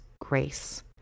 grace